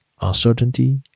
uncertainty